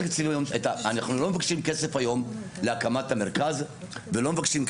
אנחנו לא מבקשים כסף היום להקמת המרכז ולא מבקשים,